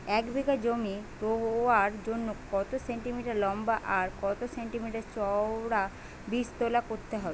এক বিঘা জমি রোয়ার জন্য কত সেন্টিমিটার লম্বা আর কত সেন্টিমিটার চওড়া বীজতলা করতে হবে?